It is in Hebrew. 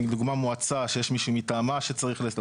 לדוגמה, מועצה שיש מישהו מטעמה שצריך.